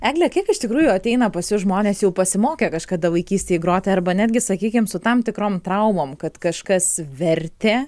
egle kiek iš tikrųjų ateina pas jus žmonės jau pasimokę kažkada vaikystėj groti arba netgi sakykim su tam tikrom traumom kad kažkas vertė